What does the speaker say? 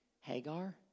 Hagar